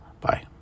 Bye